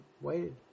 waited